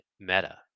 meta